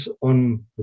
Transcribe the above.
on